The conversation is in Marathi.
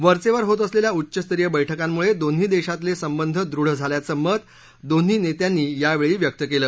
वरचेवर होत असलेल्या उच्चस्तरीय बैठकांम्ळे दोन्ही देशातले संबंध दृढ झाल्याचं मत दोन्ही नेत्यांनी यावेळी व्यक्त केलं